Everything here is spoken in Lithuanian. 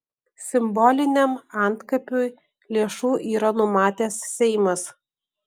simboliniam antkapiui lėšų yra numatęs seimas